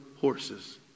horses